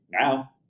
now